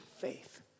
faith